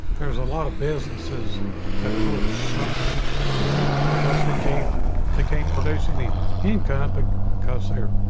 there's a lot of businesses that are really suffering because he came to came producing he ain't gonna pick cancer